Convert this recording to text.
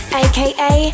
aka